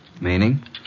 Meaning